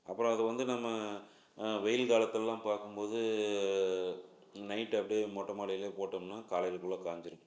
அப்புறம் அது வந்து நம்ம வெயில் காலத்திலலாம் பார்க்கும்போது நைட் அப்படியே மொட்டை மாடிலேயே போட்டோம்னா காலையிலக்குள்ளே காய்ஞ்சிரும்